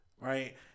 right